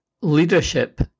Leadership